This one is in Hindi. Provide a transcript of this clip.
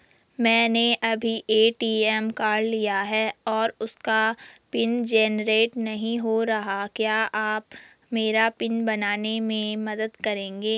मैंने अभी ए.टी.एम कार्ड लिया है और उसका पिन जेनरेट नहीं हो रहा है क्या आप मेरा पिन बनाने में मदद करेंगे?